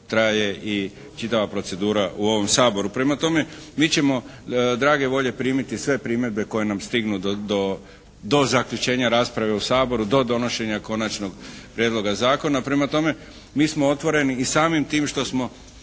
traje i čitava procedura u ovom Saboru. Prema tome, mi ćemo drage volje primiti sve primjedbe koje nam stignu do zaključenja rasprave u Saboru, do donošenja konačnog prijedloga zakona. Prema tome, mi smo otvoreni i samim tim što smo